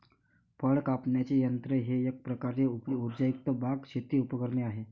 फळ कापण्याचे यंत्र हे एक प्रकारचे उर्जायुक्त बाग, शेती उपकरणे आहे